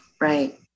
Right